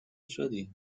شدی